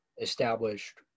established